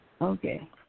Okay